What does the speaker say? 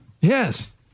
Yes